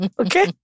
Okay